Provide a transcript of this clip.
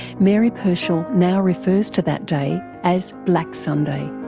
mary pershall now refers to that day as black sunday.